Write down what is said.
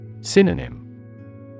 Synonym